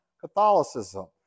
Catholicism